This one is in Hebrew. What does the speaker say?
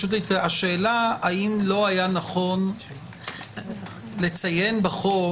השאלה האם לא היה נכון לציין בחוק,